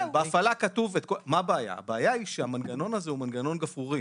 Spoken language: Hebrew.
הבעיה היא שהמנגנון הזה הוא מנגנון גפרורי,